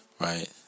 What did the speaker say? right